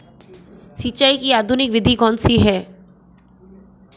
सिंचाई की आधुनिक विधि कौनसी हैं?